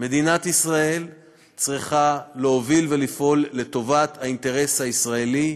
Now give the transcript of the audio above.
מדינת ישראל צריכה להוביל ולפעול לטובת האינטרס הישראלי,